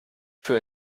für